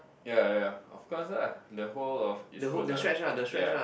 ya ya of course lah the whole of East-Coast ah ya